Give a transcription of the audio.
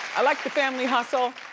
i like the family hustle,